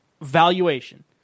valuation